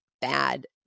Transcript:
bad